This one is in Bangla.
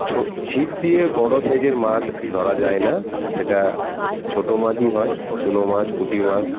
ছো ছিপ দিয়ে বড়ো সাইজের মাছ ধরা যায় না সেটা ছোটো মাছই হয় চুনো মাছ পুঁটি মাছ